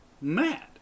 mad